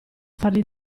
fargli